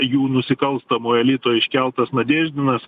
jų nusikalstamo elito iškeltas nadėždinas